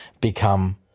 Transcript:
become